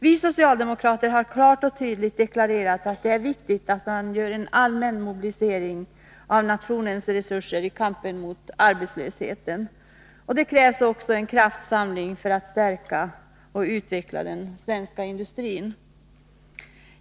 Vi socialdemokrater har klart och tydligt deklarerat att det är viktigt att göra en allmän mobilisering av nationens resurser i kampen mot arbetslösheten. Det krävs också en kraftsamling för att stärka och utveckla den svenska industrin.